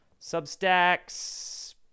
Substacks